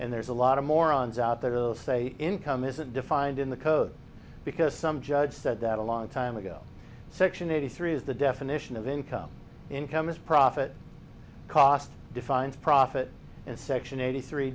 and there's a lot of morons out there of say income isn't defined in the code because some judge said that a long time ago section eighty three is the definition of income income as profit cost defines profit and section eighty three